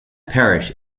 parish